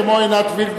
כמו עינת וילף,